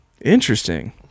Interesting